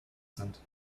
sind